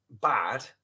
bad